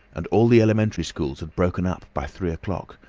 and all the elementary schools had broken up by three o'clock,